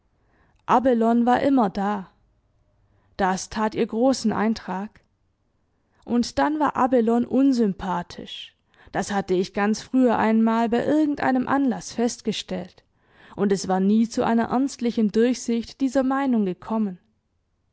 abelone war immer da das tat ihr großen eintrag und dann war abelone unsympathisch das hatte ich ganz früher einmal bei irgendeinem anlaß festgestellt und es war nie zu einer ernstlichen durchsicht dieser meinung gekommen